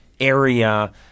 area